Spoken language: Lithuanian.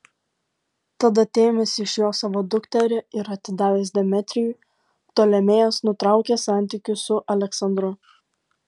tad atėmęs iš jo savo dukterį ir atidavęs demetrijui ptolemėjas nutraukė santykius su aleksandru